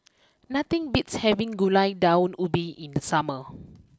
nothing beats having Gulai Daun Ubi in the summer